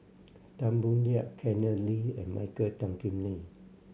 Tan Boo Liat Kenneth Lee and Michael Tan Kim Nei